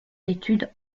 d’études